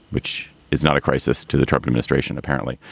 which is not a crisis to the trump administration, apparently.